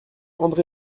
andré